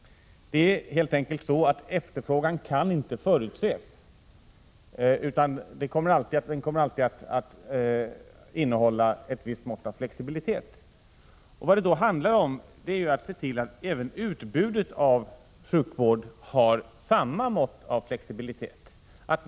Det är helt enkelt så att efterfrågan inte helt kan förutses — den kommer alltid att innehålla ett visst mått av flexibilitet. Vad det då handlar om är att se till att även utbudet av sjukvård har samma mått av flexibilitet.